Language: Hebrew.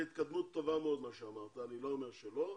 זאת התקדמות טובה מאוד מה שאמרת ואני לא אומר שלא.